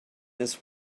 this